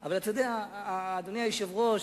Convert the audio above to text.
אבל אתה יודע, אדוני היושב-ראש,